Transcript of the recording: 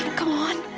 come on,